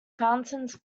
fountains